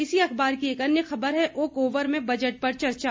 इसी अख़बार की एक अन्य ख़बर है ओक ओवर में बजट पर चर्चा